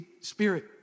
Spirit